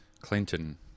Clinton